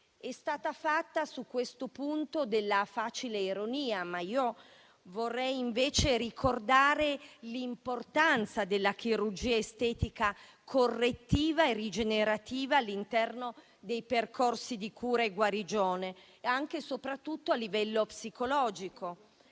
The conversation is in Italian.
È stata fatta su questo punto della facile ironia, ma vorrei ricordare invece l'importanza della chirurgia estetica correttiva e rigenerativa all'interno dei percorsi di cura e guarigione, anche e soprattutto a livello psicologico: